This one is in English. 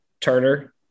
Turner